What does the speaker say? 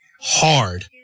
hard